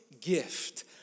gift